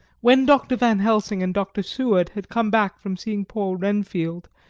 when dr. van helsing and dr. seward had come back from seeing poor renfield,